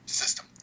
system